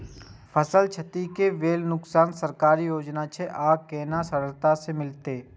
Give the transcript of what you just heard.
फसल छति के लेल कुन सरकारी योजना छै आर केना सरलता से मिलते?